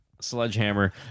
Sledgehammer